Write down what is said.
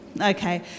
Okay